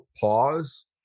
pause